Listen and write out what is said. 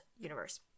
Universe